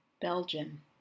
Belgium